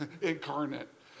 incarnate